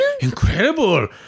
Incredible